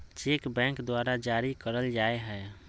cheque bank द्वारा जारी करल जाय हय